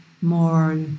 more